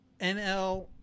NL